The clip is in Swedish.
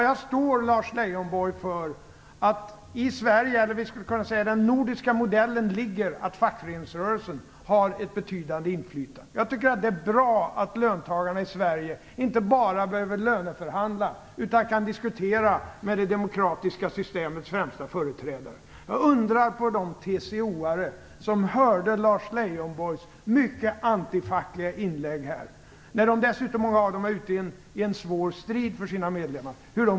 Jag står för att den nordiska modellen gäller, Lars Leijonborg. Fackföreningsrörelsen har ett betydande inflytande. Jag tycker att det är bra att löntagarna i Sverige inte bara behöver löneförhandla utan även kan diskutera med de demokratiska systemets främsta företrädare. Jag undrar hur de TCO-are som hörde Lars Leijonborgs mycket antifackliga inlägg här upplevde det, när många av dem dessutom är ute i en svår strid för sina medlemmar.